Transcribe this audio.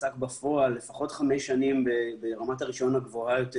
שעסק בפועל לפחות חמש שנים ברמת הרישיון הגבוהה יותר